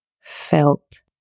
felt